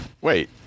Wait